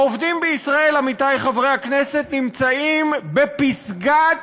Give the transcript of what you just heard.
העובדים בישראל, עמיתי חברי הכנסת, נמצאים בפסגת